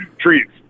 Treats